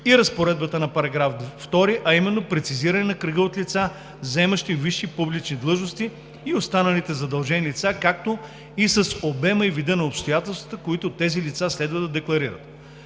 и разпоредбата на параграф 2, а именно прецизиране на кръга от лица, заемащи висши публични длъжности, и останалите задължени лица, както и с обема и вида на обстоятелствата, които тези лица следва да декларират.